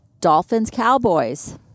Dolphins-Cowboys